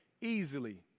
easily